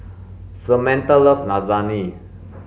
Samantha loves Lasagne